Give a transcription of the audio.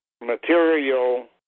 material